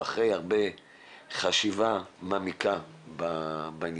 אלא אחרי הרבה חשיבה מעמיקה בעניין.